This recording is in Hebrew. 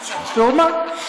חשומה?